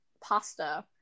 pasta